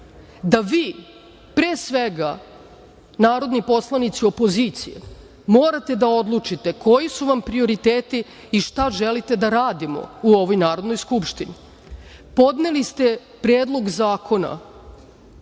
da vi pre svega narodni poslanici opozicije morate da odlučite koji su vam prioriteti i šta želite da radimo u ovoj Narodnoj skupštini. Podneli ste Predlog zakona